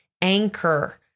anchor